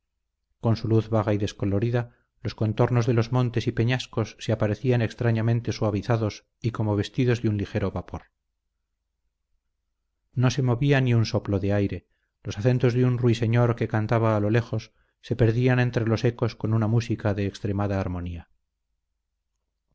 con su luz vaga y descolorida los contornos de los montes y peñascos se aparecían extrañamente suavizados y como vestidos de un ligero vapor no se movía ni un soplo de aire los acentos de un ruiseñor que cantaba a lo lejos se perdían entre los ecos con una música de extremada armonía